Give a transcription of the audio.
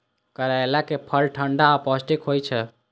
करैलाक फल ठंढा आ पौष्टिक होइ छै